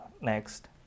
next